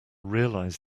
realise